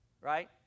right